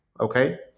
okay